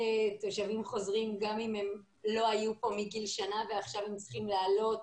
לתושבים חוזרים גם אם הם לא היו פה מגיל שנה ועכשיו הם צריכים לעלות.